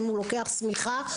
אם הוא לוקח שמיכה,